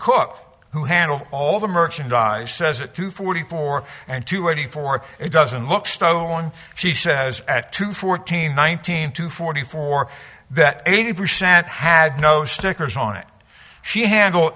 cook who handle all the merchandise says it to forty four and to eighty four it doesn't look stone she says at two fourteen nineteen to forty four that eighty percent had no stickers on it she handle